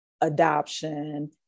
adoption